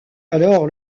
alors